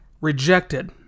rejected